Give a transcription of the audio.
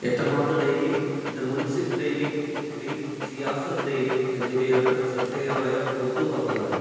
Etemaad daily the Munsif daily the Siasat daily എന്നിവയാണ് ശ്രദ്ധേയമായ ഉർദു പത്രങ്ങൾ